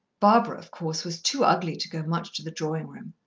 barbara, of course, was too ugly to go much to the drawing-room.